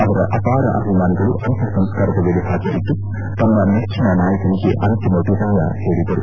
ಅವರ ಅಪಾರ ಅಭಿಮಾನಿಗಳು ಅಂತ್ಯಸಂಸ್ಕಾರದ ವೇಳೆ ಪಾಜರಿದ್ದು ತಮ್ಮ ನೆಟ್ಟನ ನಾಯಕನಿಗೆ ಅಂತಿಮ ವಿದಾಯ ಹೇಳಿದರು